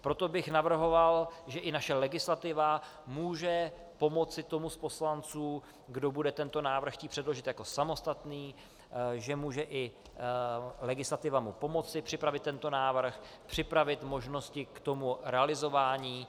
Proto bych navrhoval, že i naše legislativa může pomoci tomu z poslanců, kdo bude tento návrh chtít předložit jako samostatný, že mu může legislativa pomoci připravit tento návrh, připravit možnosti k realizování.